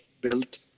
built